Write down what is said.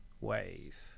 wave